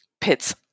pits